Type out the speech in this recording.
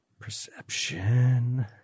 Perception